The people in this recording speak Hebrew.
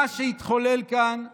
מה שהתחולל כאן היום,